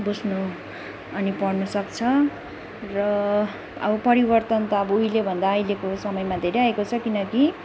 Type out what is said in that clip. बुझ्नु अनि पढ्नु सक्छ र अब परिवर्तन त अब उहिलेभन्दा अहिलेको समयमा धेरै आएको छ किनकि